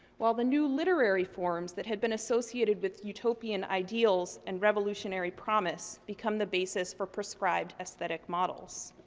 while the new literary forms that had been associated with utopian ideals and revolutionary promise become the basis for prescribed esthetic models.